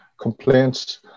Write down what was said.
Complaints